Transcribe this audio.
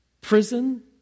prison